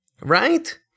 right